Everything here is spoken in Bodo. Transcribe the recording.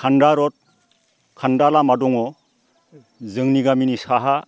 खान्दा रड खान्दा लामा दङ जोंनि गामिनि साहा